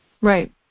Right